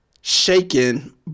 shaken